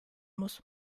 muss